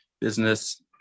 business